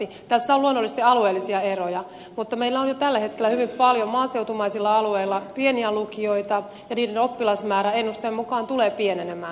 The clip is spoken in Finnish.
tässä on luonnollisesti alueellisia eroja mutta meillä on jo tällä hetkellä hyvin paljon maaseutumaisilla alueilla pieniä lukioita ja niiden oppilasmäärä ennusteen mukaan tulee pienenemään